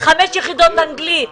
5 יחידות אנגלית,